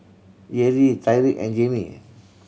Jerrie Tyriq and Jaimee